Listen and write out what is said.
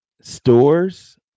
stores